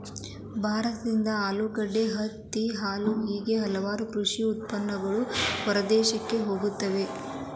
ಭಾರತದಿಂದ ಆಲೂಗಡ್ಡೆ, ಹತ್ತಿ, ಹಾಲು ಹೇಗೆ ಹಲವಾರು ಕೃಷಿ ಉತ್ಪನ್ನಗಳು ಹೊರದೇಶಕ್ಕೆ ಹೋಗುತ್ತವೆ